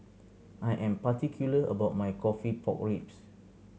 I am particular about my coffee pork ribs